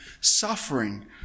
Suffering